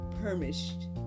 perished